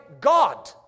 God